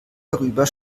darüber